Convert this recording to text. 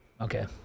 Okay